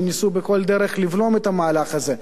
שניסו בכל דרך לבלום את המהלך הזה,